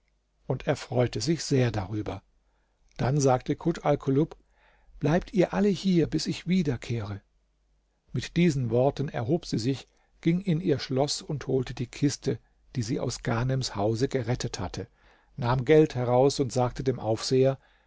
und er freute sich sehr darüber dann sagte kut alkulub bleibt ihr alle hier bis ich wiederkehre mit diesen worten erhob sie sich ging in ihr schloß und holte die kiste die sie aus ghanems hause gerettet hatte nahm geld heraus und sagte dem aufseher